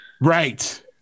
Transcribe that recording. Right